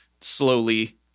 slowly